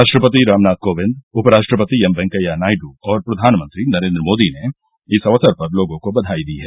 राष्ट्रपति रामनाथ कोविंद उपराष्ट्रपति एम वेंकैया नायडू और प्रधानमंत्री नरेन्द्र मोदी ने इस अवसर पर लोगों को बघाई दी है